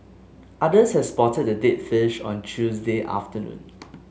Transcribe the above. others had spotted the dead fish on Tuesday afternoon